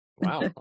Wow